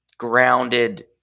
grounded